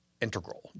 integral